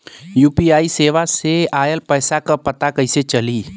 UPI सेवा से ऑयल पैसा क पता कइसे चली?